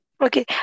okay